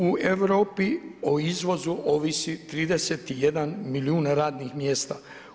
U Europi o izvozu ovisi 31 milijun radnih mjesta.